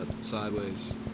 sideways